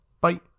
bye